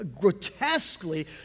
grotesquely